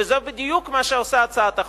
וזה בדיוק מה שעושה הצעת החוק.